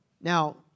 Now